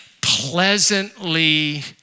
pleasantly